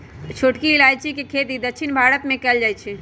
छोटकी इलाइजी के खेती दक्षिण भारत मे कएल जाए छै